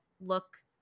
look